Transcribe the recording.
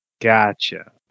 Gotcha